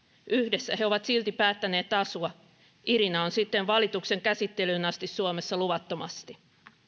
yhdessä he ovat silti päättäneet asua irina on sitten valituksen käsittelyyn asti suomessa luvattomasti